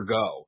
go